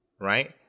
right